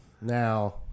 Now –